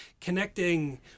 connecting